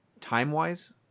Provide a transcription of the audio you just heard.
time-wise